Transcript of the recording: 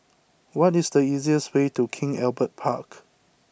what is the easiest way to King Albert Park